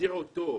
להסיע אותו.